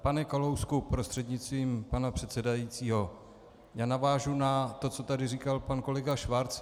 Pane Kalousku prostřednictvím pana předsedajícího, já navážu na to, co tady říkal pan kolega Schwarz.